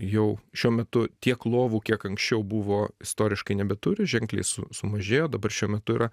jau šiuo metu tiek lovų kiek anksčiau buvo istoriškai nebeturi ženkliai su sumažėjo dabar šiuo metu yra